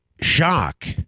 shock